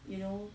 you know